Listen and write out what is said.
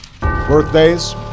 Birthdays